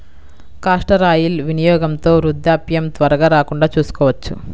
castor oil వినియోగంతో వృద్ధాప్యం త్వరగా రాకుండా చూసుకోవచ్చు